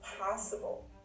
possible